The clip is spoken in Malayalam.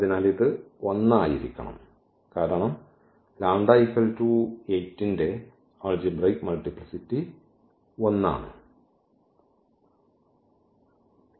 അതിനാൽ ഇത് ഒന്നായിരിക്കണം കാരണം ന്റെ ആൾജിബ്രയ്ക് മൾട്ടിപ്ലിസിറ്റി 1 ആണ്